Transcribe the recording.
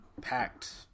packed